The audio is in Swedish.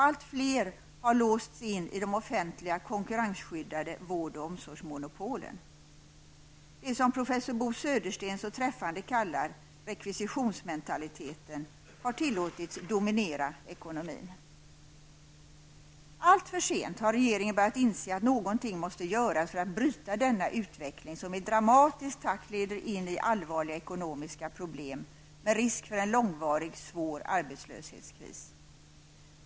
Allt fler har låsts in i de offentliga, konkurrensskyddade vård och omsorgsmonopolen. Det som professor Bo Södersten så träffande kallar ''rekvisionsmentaliteten'' har tillåtits dominera ekonomin. Alltför sent har regeringen börjat inse att någonting måste göras för att bryta denna utveckling som i dramatisk takt leder in i allvarliga ekonomiska problem med risk för en långvarig, svår arbetslöshetskris.